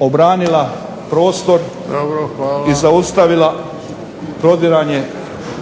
obranila prostor i zaustavila prodiranje prema